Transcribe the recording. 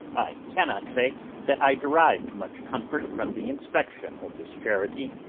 i cannot say that i derived much comfort from the inspection of this charity.